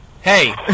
Hey